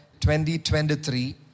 2023